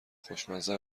خوشمزه